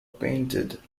painted